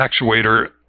actuator